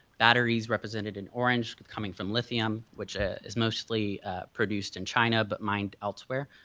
battery is represented in orange coming from lithium, which is mostly produced in china but mined elsewhere.